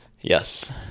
Yes